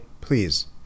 Please